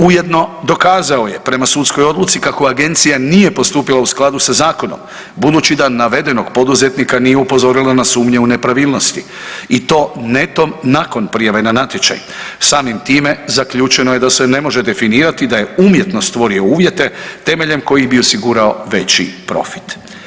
Ujedno dokazao je prema sudskoj odluci kako agencija nije poskupila u skladu sa zakonom budući da navedenog poduzetnika nije upozorila na sumnje u nepravilnosti i to netom nakon prijave na natječaj, samim time zaključeno je da se ne može definirati da je umjetno stvorio uvjete temeljem kojih bi osigurao veći profit.